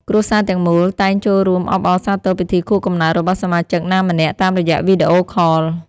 គ្រួសារទាំងមូលតែងចូលរួមអបអរសាទរពិធីខួបកំណើតរបស់សមាជិកណាម្នាក់ តាមរយៈវីដេអូខល។